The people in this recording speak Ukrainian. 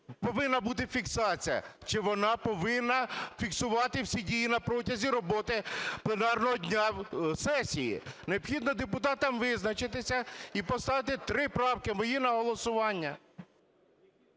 повинна бути фіксація чи вона повинна фіксувати всі дії на протязі роботи пленарного дня сесії. Необхідно депутатам визначитися і поставити три правки мої на голосування.